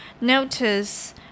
notice